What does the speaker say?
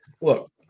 look